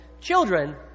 children